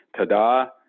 tada